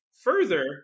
further